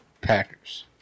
Packers